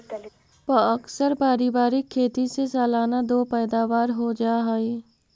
प्अक्सर पारिवारिक खेती से सालाना दो पैदावार हो जा हइ